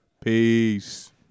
Peace